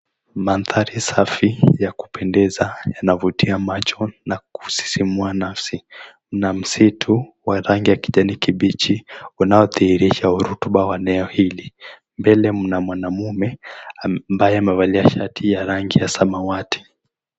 Mandhari safi ya kupendeza yanavutia macho nakusisimua nafsi, na msitu wa ranngi ya kijani kibichi unao dhihirisha urotuba wa eneo hili. Mbele mna mwanaume ambaye amevalia shati ya rangi ya samawati.